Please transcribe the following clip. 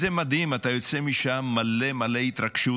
זה מדהים, אתה יוצא משם עם מלא מלא התרגשות,